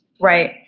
Right